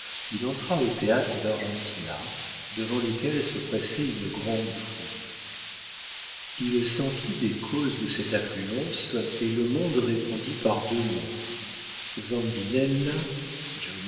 il entra au théâtre d'argentina devant lequel se pressait une grande foule il s'enquit des causes de cette affluence et le monde répondit par deux noms